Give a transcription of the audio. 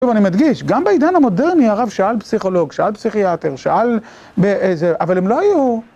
טוב, אני מדגיש, גם בעידן המודרני הרב שאל פסיכולוג, שאל פסיכיאטר, שאל באיזה... אבל הם לא היו.